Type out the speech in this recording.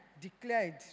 declared